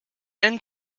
end